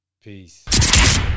Peace